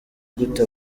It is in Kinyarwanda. gute